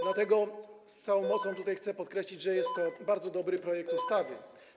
Dlatego z całą mocą tutaj chcę podkreślić, że jest to bardzo dobry projekt ustawy.